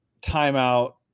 timeout